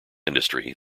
industry